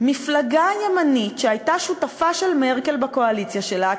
מפלגה ימנית שהייתה שותפה של מרקל בקואליציה שלה,